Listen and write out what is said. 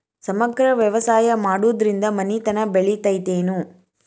ಸಮಗ್ರ ವ್ಯವಸಾಯ ಮಾಡುದ್ರಿಂದ ಮನಿತನ ಬೇಳಿತೈತೇನು?